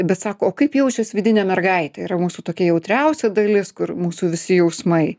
bet sako o kaip jaučias vidinė mergaitė yra mūsų tokia jautriausia dalis kur mūsų visi jausmai